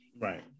right